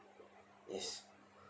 yes